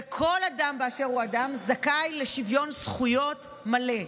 וכל אדם באשר הוא אדם זכאי לשוויון זכויות מלא.